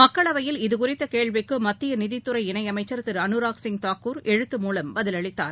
மக்களவையில் இது குறித்தகேள்விக்குமத்தியநிதித்துறை இணையமைச்சர் திருஅனுராக் சிங் தாக்கூர் எழுத்து மூலம் பதிலளித்தார்